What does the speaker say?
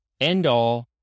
end-all